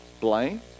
blame